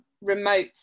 remote